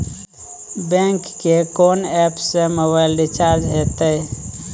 Bank के कोन app से मोबाइल रिचार्ज हेते?